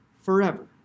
forever